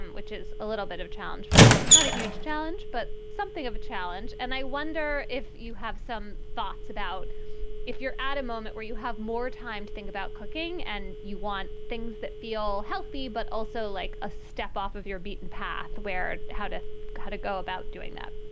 and which is a little bit of a challenge for us. not a huge challenge, but something of a challenge. and i wonder if you have some thoughts about if you're at a moment where you have more time to think about cooking and you want things that feel healthy, but also like a step off of your beaten path where how to how to go about doing that